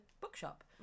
bookshop